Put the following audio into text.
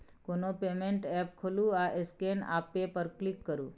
कोनो payment app खोलु आ स्कैन आ पे पर क्लिक करु